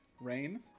Rain